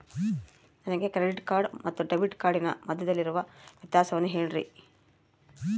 ನನಗೆ credit card ಮತ್ತು debit ಕಾರ್ಡಿನ ಮಧ್ಯದಲ್ಲಿರುವ ವ್ಯತ್ಯಾಸವನ್ನು ಹೇಳ್ರಿ?